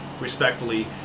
respectfully